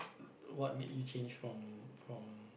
what make you change from from